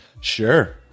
Sure